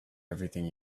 everything